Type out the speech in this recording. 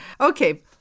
Okay